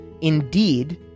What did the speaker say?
indeed